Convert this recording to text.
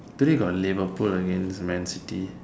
today got Liverpool against man-city